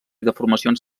deformacions